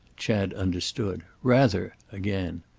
chad understood rather again!